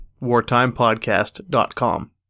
wartimepodcast.com